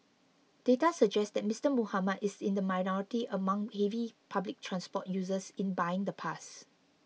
data suggest that Mister Muhammad is in the minority among heavy public transport users in buying the pass